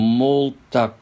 multa